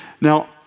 Now